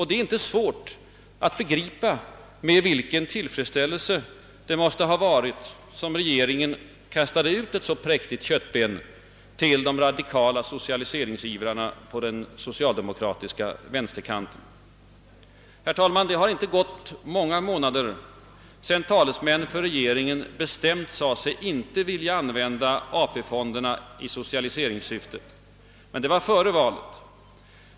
Det är inte svårt att begripa med vilken tillfredsställelse det måste ha varit som regeringen kastade ut ett så präktigt köttben till de radikala socialiseringsivrarna på den socialdemokratiska vänsterkanten. Det har inte gått många månader sedan talesmän för regeringen bestämt sade sig inte vilja använda AP-fonderna 1 socialiseringssyfte. Men det var före valet.